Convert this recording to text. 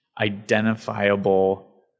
identifiable